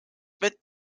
vett